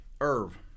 Irv